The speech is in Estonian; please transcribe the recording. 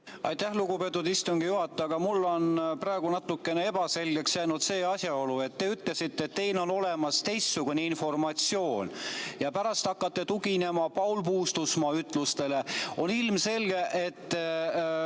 Aitäh, lugupeetud istungi juhataja! Mulle on praegu natuke ebaselgeks jäänud see asjaolu, et te ütlesite, et teil on olemas teistsugune informatsioon, ja pärast hakkasite tuginema Paul Puustusmaa ütlustele. On ilmselge, et